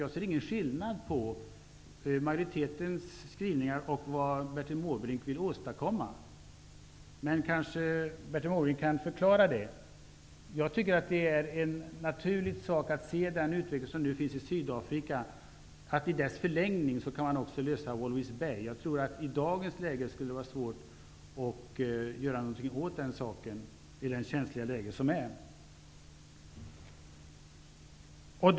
Jag ser ingen skillnad på majoritetens skrivningar och vad Bertil Måbrink vill åstadkomma. Men Bertil Måbrink kanske kan förklara det. Det är enligt min mening en naturlig sak att man i förlängningen av den utveckling som nu sker i Sydafrika kan se en lösning av problemet med Walvis Bay. Jag tror att det i dagens läge skulle vara svårt att göra någonting åt den saken i det känsliga läge som råder.